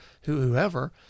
whoever